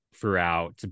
throughout